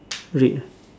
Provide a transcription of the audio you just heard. red ah